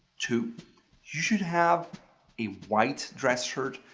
two, you should have a white dress shirt,